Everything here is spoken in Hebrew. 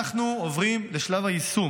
אנחנו עוברים לשלב היישום,